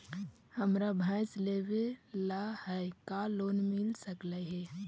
हमरा भैस लेबे ल है का लोन मिल सकले हे?